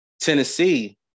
Tennessee